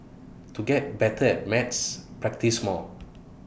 to get better at maths practise more